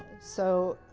so,